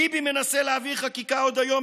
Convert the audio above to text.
ביבי מנסה להעביר חקיקה עוד היום,